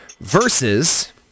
Versus